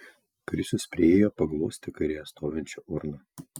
krisius priėjo paglostė kairėje stovinčią urną